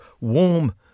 warm